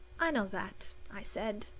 i know that, i said.